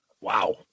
Wow